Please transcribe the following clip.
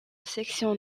section